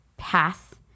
Path